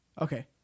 Okay